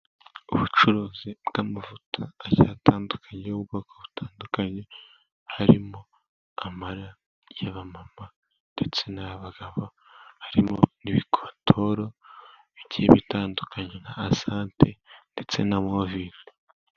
Ubucuruzi bw'amavuta agiye atandukanye y'ubwoko butandukanye. Harimo Amara y'abamama, ndetse n'ay'abagabo. Harimo n'ibikotoro bigiye bitandukanye, nka Asante ndetse na Movite.